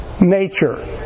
nature